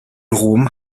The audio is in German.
rom